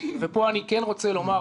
ופה אני כן רוצה לומר,